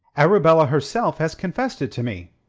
arabella herself has confessed it to me.